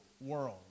world